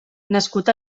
nascut